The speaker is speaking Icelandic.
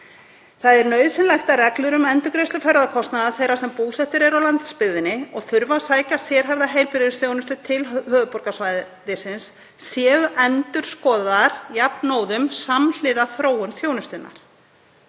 Það er nauðsynlegt að reglur um endurgreiðslu ferðakostnaðar þeirra sem búsettir eru á landsbyggðinni og þurfa að sækja sérhæfða heilbrigðisþjónustu til höfuðborgarsvæðisins séu endurskoðaðar jafnóðum samhliða þróun þjónustunnar.